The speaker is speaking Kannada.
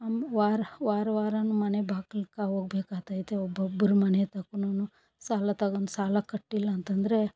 ವಾರ ವಾರ ವಾರ ಮನೆ ಬಾಗ್ಲಿಗೆ ಹೋಗ್ಬೇಕಾತೈತೆ ಒಬ್ಬೊಬ್ಬರು ಮನೆತಕುನು ಸಾಲ ತಗೊಂಡು ಸಾಲ ಕಟ್ಟಿಲ್ಲಂತಂದರೆ